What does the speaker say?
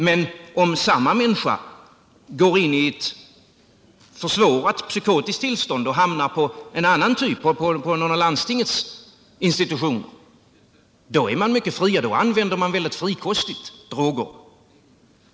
Men om samma människa går in i ett försvårat psykotiskt tillstånd och hamnar på någon av landstingens institutioner, är hon mycket friare. Då använder man droger mycket frikostigt.